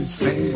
say